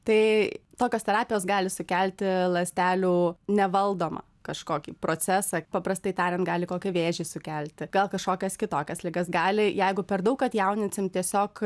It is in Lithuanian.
tai tokios terapijos gali sukelti ląstelių nevaldomą kažkokį procesą paprastai tariant gali kokį vėžį sukelti gal kažkokias kitokias ligas gali jeigu per daug atjauninsim tiesiog